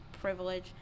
privilege